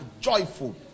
joyful